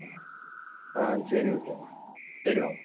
ஆ சரி ஓகேங்கமா சரி வாங்க